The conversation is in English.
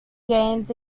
gains